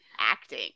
acting